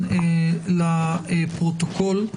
לפרוטוקול.